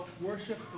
worship